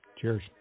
Cheers